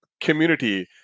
community